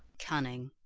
cunning.